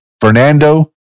Fernando